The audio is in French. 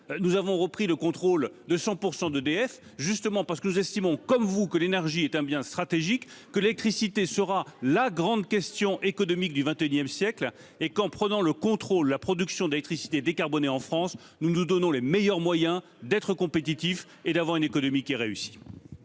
nous avons repris le contrôle de 100 % d'EDF, ce qui devrait vous réjouir. Nous estimons, comme vous, que l'énergie est un bien stratégique et que l'électricité sera la grande question économique du XXI siècle. En prenant le contrôle de la production d'électricité décarbonée en France, nous nous donnons tous les moyens d'être compétitifs et d'avoir une économie qui réussit.